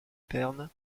pernes